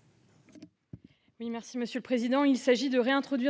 Cet amendement vise à réintroduire